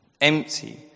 empty